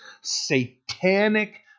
satanic